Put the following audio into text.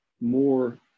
more